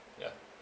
yeah